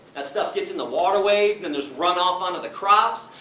that stuff gets in the waterways, and there's run off onto the crops,